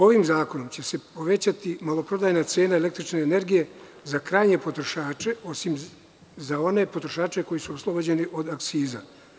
Ovim zakonom će se povećati maloprodajna cena električne energije za krajnje potrošače, osim za one potrošače koji su oslobođeni od akciza.